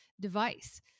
device